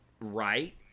right